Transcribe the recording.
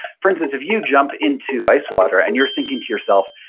for instance, if you jump into ice water and you're thinking to yourself,